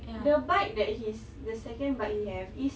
the bike that his the second bike he have is